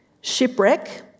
shipwreck